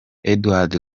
edward